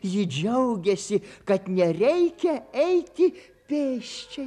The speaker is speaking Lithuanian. ji džiaugėsi kad nereikia eiti pėsčiai